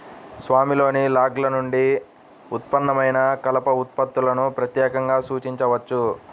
స్వామిలోని లాగ్ల నుండి ఉత్పన్నమైన కలప ఉత్పత్తులను ప్రత్యేకంగా సూచించవచ్చు